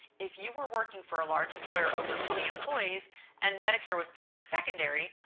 if you were working for a large employer over twenty employees and medicare was paying secondary,